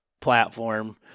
platform